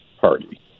Party